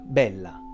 bella